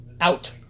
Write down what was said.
Out